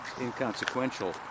inconsequential